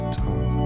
talk